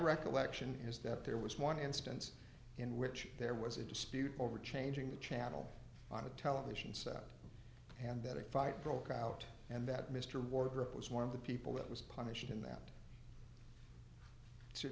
recollection is that there was one instance in which there was a dispute over changing the channel on a television set and better fight broke out and that mr wardrop was one of the people that was punished in that